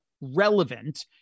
relevant